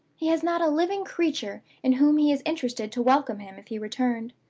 he has not a living creature in whom he is interested to welcome him if he returned.